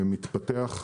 מתפתח,